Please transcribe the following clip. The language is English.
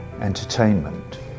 entertainment